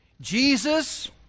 Jesus